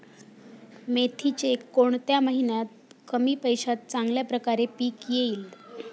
मेथीचे कोणत्या महिन्यात कमी पैशात चांगल्या प्रकारे पीक येईल?